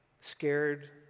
Scared